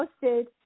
posted